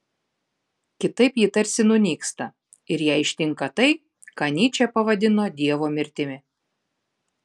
kitaip ji tarsi nunyksta ir ją ištinka tai ką nyčė pavadino dievo mirtimi